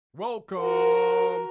Welcome